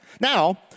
Now